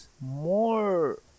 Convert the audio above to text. more